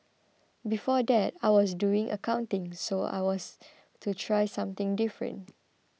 before that I was doing accounting so I want to try something different